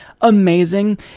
amazing